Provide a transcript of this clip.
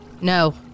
No